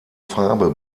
farbe